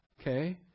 Okay